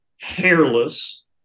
hairless